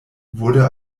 wurde